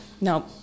no